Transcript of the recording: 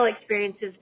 experiences